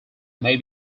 may